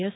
S